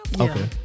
Okay